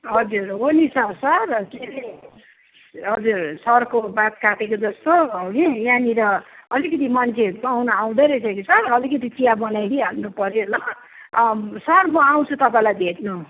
हजुर हो नि त सर के अरे हजुर सरको बात काटेको जस्तो हगि यहाँनेर अलिकति मान्छे पाहुना आउँदै रहेछ कि सर अलिकति चिया बनाई दिइहाल्नु पऱ्यो ल सर म आउँछु तपाईँलाई भेट्नु